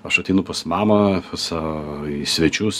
aš ateinu pas mamą sa į svečius